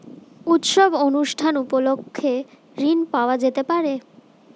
উৎসব অনুষ্ঠান উপলক্ষে ঋণ পাওয়া যেতে পারে?